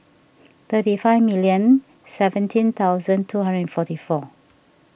thirty five million seventeen thousand two hundred and forty four